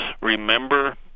remember